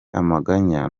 amaganya